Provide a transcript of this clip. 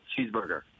cheeseburger